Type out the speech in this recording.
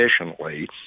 efficiently